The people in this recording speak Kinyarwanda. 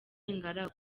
ingaragu